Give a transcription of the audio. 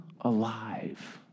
alive